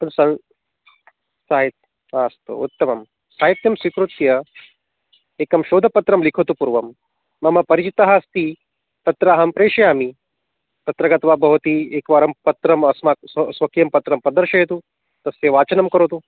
अत्र सं साहित्यम् आस्तु उत्तमं साहित्यं स्वीकृत्य एकं शोधपत्रं लिखतु पूर्वं मम परिचितः अस्ति तत्र अहं प्रेषयामि तत्र गत्वा भवती एकवारं पत्रम् अस्मात् स्वयं स्वकीयं पत्रं प्रदर्शयतु तस्य वाचनं करोतु